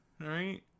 right